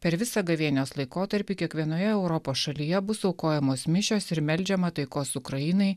per visą gavėnios laikotarpį kiekvienoje europos šalyje bus aukojamos mišios ir meldžiama taikos ukrainai